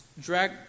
drag